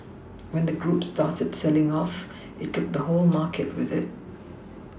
when the group started selling off it took the whole market with it